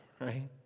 Right